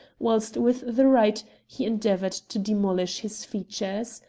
whilst with the right he endeavoured to demolish his features.